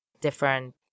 different